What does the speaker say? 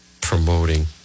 promoting